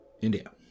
India